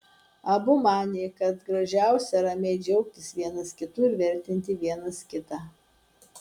abu manė kad gražiausia ramiai džiaugtis vienas kitu ir vertinti vienas kitą